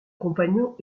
compagnons